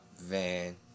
Van